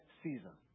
season